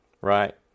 right